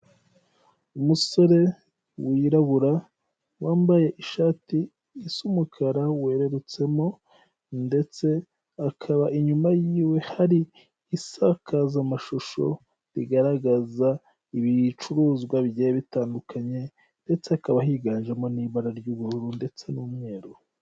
Umusore wirabura wambaye ishati isa umukara wererutsemo ndetse akaba inyuma y'iwe hari isakazamashusho rigaragaza ibicuruzwa bigiye bitandukanye ndetse akaba higanjemo n'ibara ry'ubururu ndetse n'umweru.